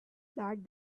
that